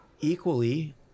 equally